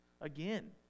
again